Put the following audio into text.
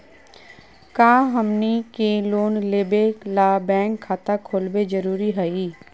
का हमनी के लोन लेबे ला बैंक खाता खोलबे जरुरी हई?